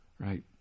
right